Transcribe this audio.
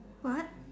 what